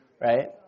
right